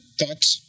thoughts